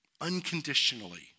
unconditionally